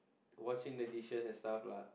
washing the dishes and stuff lah